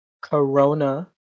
Corona